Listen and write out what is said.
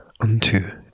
unto